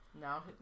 Now